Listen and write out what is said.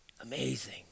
amazing